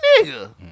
Nigga